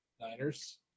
Niners